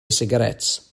sigaréts